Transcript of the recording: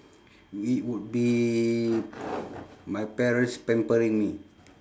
it would be my parents pampering me